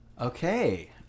Okay